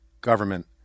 government